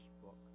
book